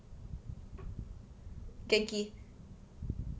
Genki